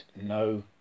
no